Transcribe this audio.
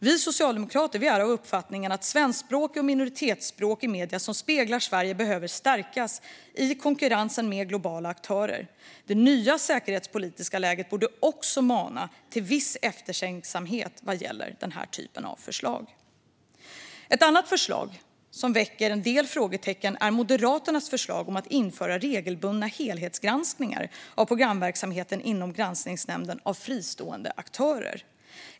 Vi socialdemokrater är av uppfattningen att svenskspråkiga och minoritetsspråkiga medier som speglar Sverige behöver stärkas i konkurrensen med globala aktörer. Det nya säkerhetspolitiska läget borde också mana till viss eftertänksamhet vad gäller förslag som dessa. Ett annat förslag som väcker en del frågetecken är Moderaternas förslag om att införa regelbundna helhetsgranskningar av programverksamheten inom granskningsnämnden av fristående aktörer.